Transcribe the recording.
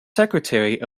secretary